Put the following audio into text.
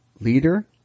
leader